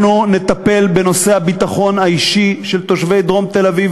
אנחנו נטפל בנושא הביטחון האישי של תושבי דרום תל-אביב,